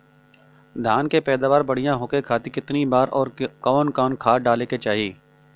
धान के पैदावार बढ़िया होखे खाती कितना बार अउर कवन कवन खाद डाले के चाही?